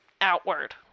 outward